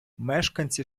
мешканці